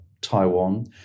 Taiwan